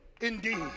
Indeed